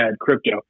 crypto